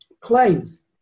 claims